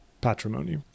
patrimony